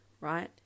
right